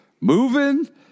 moving